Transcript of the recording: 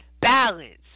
balance